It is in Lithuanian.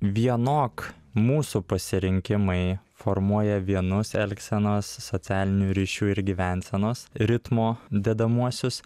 vienok mūsų pasirinkimai formuoja vienus elgsenos socialinių ryšių ir gyvensenos ritmo dedamuosius